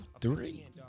three